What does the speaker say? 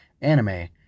anime